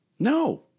No